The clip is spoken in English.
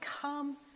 come